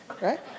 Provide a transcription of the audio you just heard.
Right